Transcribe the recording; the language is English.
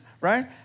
right